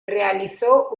realizó